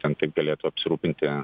ten taip galėtų apsirūpinti